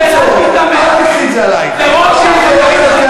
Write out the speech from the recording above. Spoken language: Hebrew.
אין צורך, אל תיקחי את זה עלייך.